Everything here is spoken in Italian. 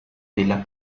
della